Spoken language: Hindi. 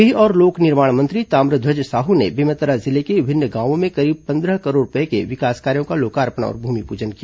गृह और लोक निर्माण मंत्री ताम्रध्वज साहू ने बेमेतरा जिले के विभिन्न गांवों में करीब पंद्रह करोड़ रूपये के विकास कार्यों का लोकार्पण और भूमिपूजन किया